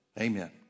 Amen